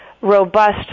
robust